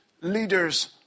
leaders